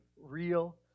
real